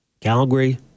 Calgary